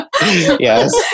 Yes